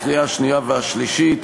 לקריאה שנייה ולקריאה שלישית,